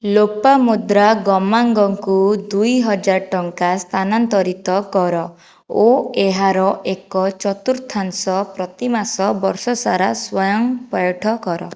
ଲୋପାମୁଦ୍ରା ଗମାଙ୍ଗଙ୍କୁ ଦୁଇହଜାର ଟଙ୍କା ସ୍ଥାନାନ୍ତରିତ କର ଓ ଏହାର ଏକ ଚତୁର୍ଥାଂଶ ପ୍ରତିମାସ ବର୍ଷସାରା ସ୍ଵୟଂ ପଇଠ କର